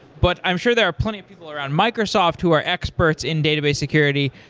but i'm sure there are plenty of people around microsoft who are experts in database security.